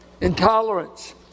Intolerance